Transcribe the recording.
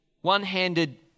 one-handed